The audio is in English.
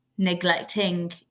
neglecting